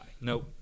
nope